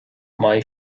mbeidh